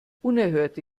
unerhörte